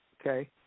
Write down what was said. Okay